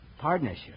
Partnership